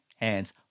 hands